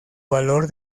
valor